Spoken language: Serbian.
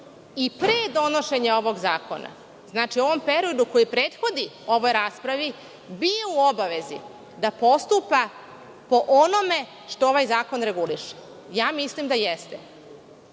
i pre donošenja ovog zakona, znači u onom periodu koji prethodi ovoj raspravi, bio u obavezi da postupa po onome što ovaj zakon reguliše. Mislim da